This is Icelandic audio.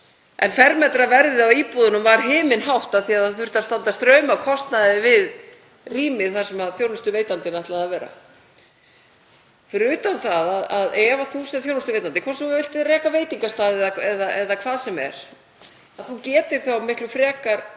og fermetraverðið á íbúðunum var himinhátt af því að það þurfti að standa straum af kostnaði við rýmið þar sem þjónustuveitandinn ætlaði að vera. Fyrir utan það að ef þú sem þjónustuveitandi, hvort sem þú vilt reka veitingastaði eða hvað sem er, getir þá miklu frekar átt